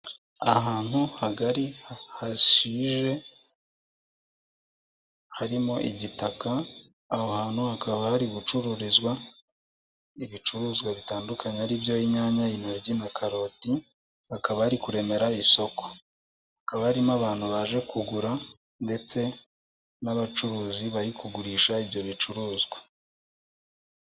Ahantu hagari hashije harimo igitaka, aho hantu hakaba hari gucururizwa ibicuruzwa bitandukanye ari byo, inyanya, intoryi na karoti, hakaba hari kuremera isoko, hakaba harimo abantu baje kugura ndetse n'abacuruzi bari kugurisha ibyo bicuruzwa.